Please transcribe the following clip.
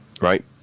right